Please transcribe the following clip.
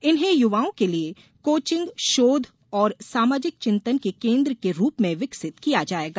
इन्हें युवाओं के लिए कोचिग शोध और सामाजिक चिंतन के केन्द्र के रूप में विकसित किया जाएगा